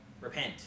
Repent